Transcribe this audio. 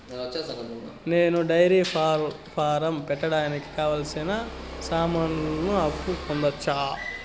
నేను dairy farm పెట్టడానికి కావాల్సిన సామాన్లకు అప్పు పొందొచ్చా?